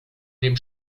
dem